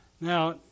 Now